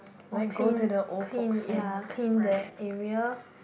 or clean clean ya clean their area